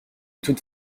toute